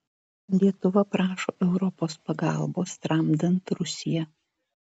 lietuva prašo europos pagalbos tramdant rusiją